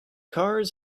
cars